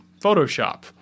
Photoshop